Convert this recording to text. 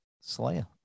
Slayer